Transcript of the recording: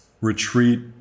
retreat